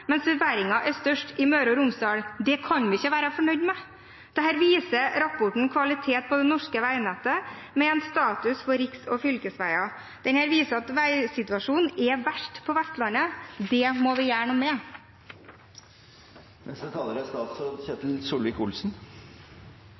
mens forverringen er størst i Møre og Romsdal. Det kan vi ikke være fornøyd med. Dette viser rapporten Kvaliteten på det norske veinettet med en status for riks- og fylkesveier. Det viser at veisituasjonen er verst på Vestlandet. Det må vi gjøre noe med. Her får vi en situasjonsbeskrivelse som er